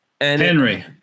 Henry